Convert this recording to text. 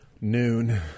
Noon